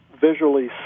visually